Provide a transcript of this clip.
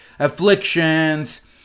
afflictions